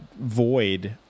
void